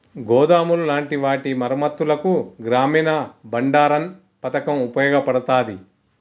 గోదాములు లాంటి వాటి మరమ్మత్తులకు గ్రామీన బండారన్ పతకం ఉపయోగపడతాది